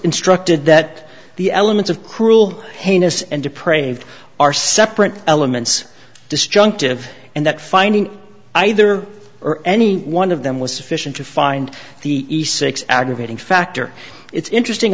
instructed that the elements of cruel heinous and dupr ved are separate elements disjunctive and that finding either or any one of them was sufficient to find the six aggravating factor it's interesting